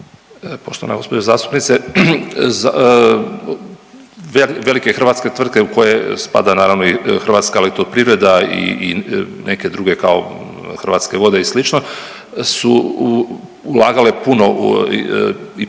Poštovana gospođo zastupnice. Velike hrvatske tvrtke u koje spada naravno i Hrvatska elektroprivreda i neke druge kao Hrvatske vode i slično su ulagale puno u razminiranje